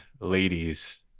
ladies